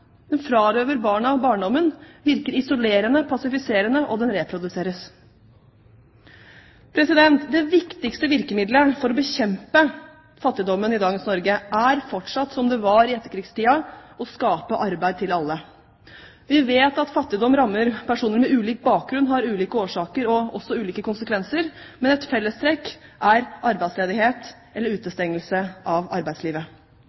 den frarøver barna barndommen, den virker isolerende, er passiviserende, og den reproduseres. Det viktigste virkemiddelet for å bekjempe fattigdommen i dagens Norge er fortsatt, som det var i etterkrigstiden, å skape arbeid til alle. Vi vet at fattigdom rammer personer med ulik bakgrunn, har ulike årsaker og ulike konsekvenser, men et fellestrekk er arbeidsledighet eller utestengelse fra arbeidslivet.